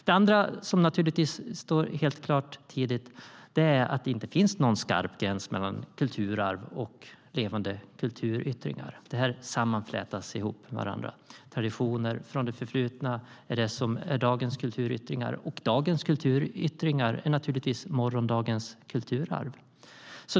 Det andra som tidigt står helt klart är att det inte finns någon skarp gräns mellan kulturarv och levande kulturyttringar. Det flätas samman. Traditioner från det förflutna är dagens kulturyttringar, och dagens kulturyttringar är naturligtvis morgondagens kulturarv.